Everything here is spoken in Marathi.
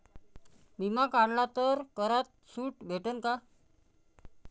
बिमा काढला तर करात सूट भेटन काय?